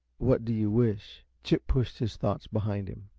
what do you wish? chip pushed his thoughts behind him,